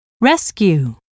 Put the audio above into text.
rescue